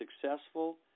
successful